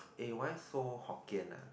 eh why so Hokkien ah